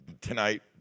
Tonight